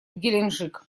геленджик